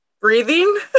Breathing